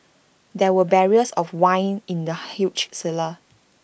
there were barrels of wine in the huge cellar